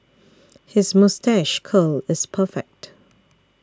his moustache curl is perfect